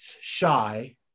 shy